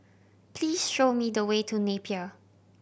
please show me the way to Napier